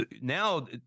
Now